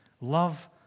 love